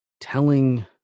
telling